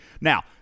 Now